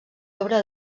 obra